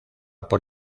por